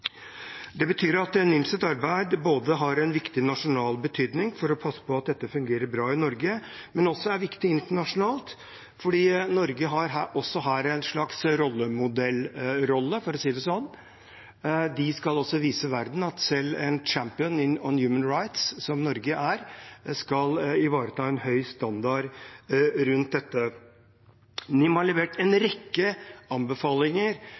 Det betyr at NIMs arbeid både har en viktig nasjonal betydning for å passe på at dette fungerer bra i Norge, og også er viktig internasjonalt, fordi Norge her har en slags rollemodellrolle, for å si det sånn. De skal vise verden at selv en Champion of Human Rights, som Norge er, skal ivareta en høy standard rundt dette. NIM har levert en rekke anbefalinger